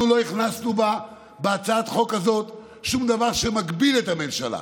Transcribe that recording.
אנחנו לא הכנסנו בהצעת החוק הזאת שום דבר שמגביל את הממשלה.